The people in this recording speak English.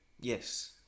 Yes